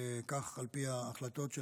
כך על פי ההחלטות של